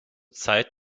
zeit